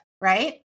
right